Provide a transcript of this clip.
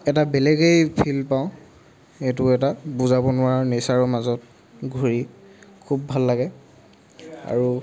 এটা বেলেগেই ফিল পাওঁ এইটো এটা বুজাব নোৱাৰা নেচাৰৰ মাজত ঘূৰি খুব ভাল লাগে আৰু